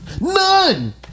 None